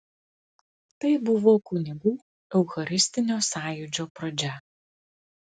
tai buvo kunigų eucharistinio sąjūdžio pradžia